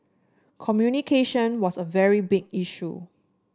communication was a very big issue